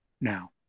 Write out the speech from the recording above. now